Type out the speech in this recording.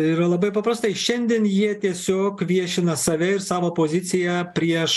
ir labai paprastai šiandien jie tiesiog viešina save ir savo poziciją prieš